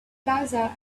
plaza